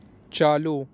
چالو